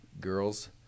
girls